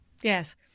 Yes